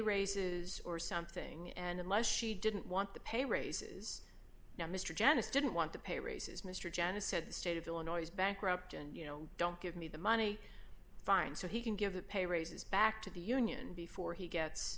raises or something and unless she didn't want to pay raises now mr genest didn't want to pay raises mr jenna said the state of illinois is bankrupt and you know don't give me the money fine so he can give the pay raises back to the union before he gets